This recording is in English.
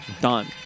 Done